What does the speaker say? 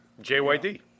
JYD